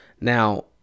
Now